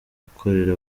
gukorera